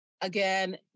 again